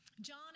John